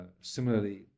similarly